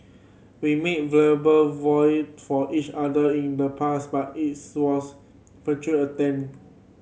we made verbal vows to each other in the past but it was futile attempt